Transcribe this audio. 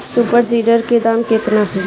Super seeder के दाम केतना ह?